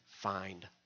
find